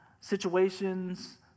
situations